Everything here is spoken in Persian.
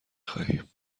خواهیم